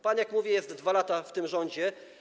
Pan, jak mówię, jest 2 lata w tym rządzie.